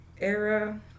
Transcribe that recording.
era